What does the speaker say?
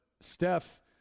Steph